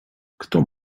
kto